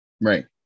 Right